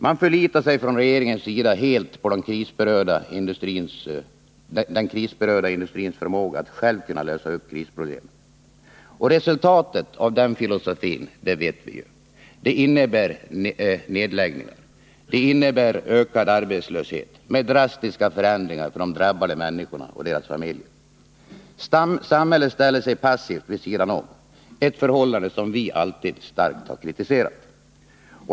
Man förlitar sig från regeringens sida helt på den krisberörda industrins förmåga att själv lösa krisproblem. Resultatet av den filosofin känner vi till. Det innebär nedläggningar. Det innebär ökad arbetslöshet, med drastiska förändringar för de drabbade människorna och deras familjer. Samhället ställer sig passivt vid sidan om — ett förhållande som vi alltid starkt har kritiserat.